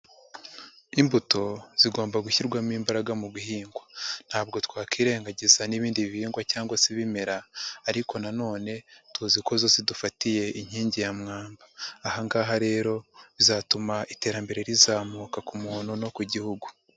Imbuto zigomba gushyirwamo imbaraga mu guhingwa, ntabwo twakwingagiza n'ibindi bihingwa cyangwa se ibimera ariko nanone tuzi ko zo zidufatiye inkingi ya mwamba; aha ngaha rero bizatuma iterambere rizamuka ku muntu no ku Gihugu.